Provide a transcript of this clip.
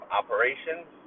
operations